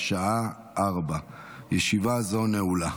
בשעה 16:00. ישיבה זו נעולה.